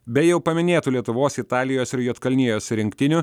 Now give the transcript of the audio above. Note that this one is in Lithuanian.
be jau paminėtų lietuvos italijos ir juodkalnijos rinktinių